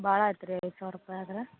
ಭಾಳ ಆತು ರಿ ಐದು ಸಾವಿರ ರೂಪಾಯಿ ಆದ್ರೆ